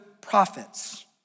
prophets